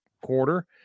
quarter